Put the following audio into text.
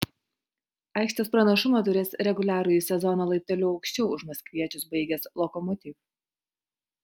aikštės pranašumą turės reguliarųjį sezoną laipteliu aukščiau už maskviečius baigęs lokomotiv